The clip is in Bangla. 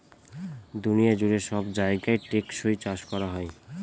দুনিয়া জুড়ে সব জায়গায় টেকসই চাষ করা হোক